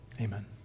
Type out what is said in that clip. Amen